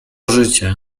życie